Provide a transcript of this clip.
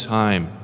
time